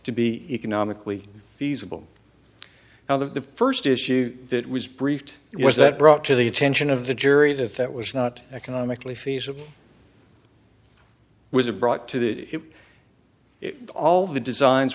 to be economically feasible now the first issue that was briefed it was that brought to the attention of the jury that if that was not economically feasible was a brought to the it all the designs